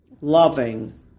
loving